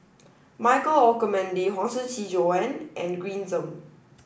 Michael Olcomendy Huang Shiqi Joan and Green Zeng